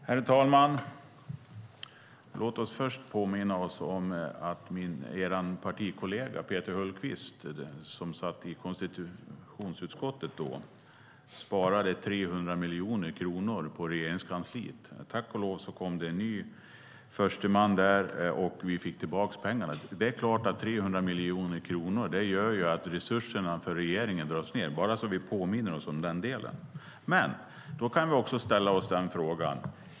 Herr talman! Låt oss först påminna oss om att er partikamrat Peter Hultqvist, som satt i konstitutionsutskottet, sparade 300 miljoner kronor på Regeringskansliet. Tack och lov kom det en ny försteman där, och vi fick tillbaka pengarna. Men det är klart att 300 miljoner kronor innebär att resurserna för regeringen dras ned - bara så att vi påminner oss om den delen. Då kan vi också ställa oss en fråga.